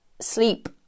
sleep